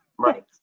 Right